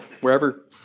wherever